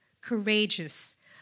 courageous